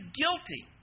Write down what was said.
guilty